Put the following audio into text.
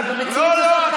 אבל במציאות הזאת,